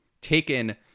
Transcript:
taken